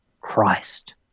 Christ